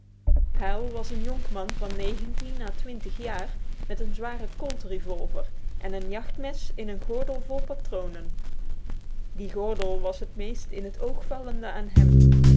hal was een jonkman van negentien a twintig jaar met een zware colt revolver en een jachtmes in een gordel vol patronen die gordel was het meest in het oog vallende aan hem